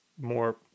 more